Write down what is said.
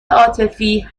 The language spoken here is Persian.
عاطفی